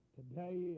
today